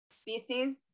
species